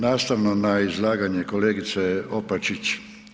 Nastavno na izlaganje kolegice Opačić.